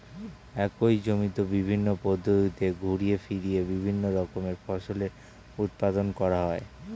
একই জমিতে বিভিন্ন পদ্ধতিতে ঘুরিয়ে ফিরিয়ে বিভিন্ন রকমের ফসলের উৎপাদন করা হয়